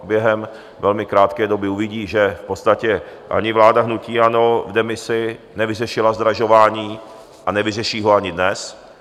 Během velmi krátké doby uvidí, že v podstatě ani vláda hnutí ANO v demisi nevyřešila zdražování a nevyřeší ho ani dnes.